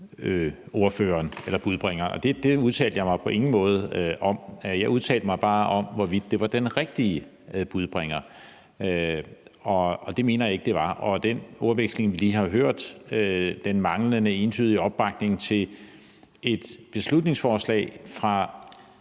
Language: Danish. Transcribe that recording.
ordføreren eller budbringeren, og det udtalte jeg mig på ingen måde om. Jeg udtalte mig bare om, hvorvidt det var den rigtige budbringer, og det mener jeg ikke det var. Og den ordveksling, vi lige har hørt, og den manglende entydige, klare opbakning til et beslutningsforslag,